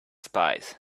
spies